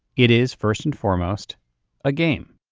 it is first and foremost a game